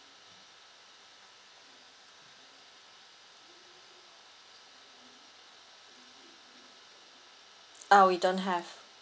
ah we don't have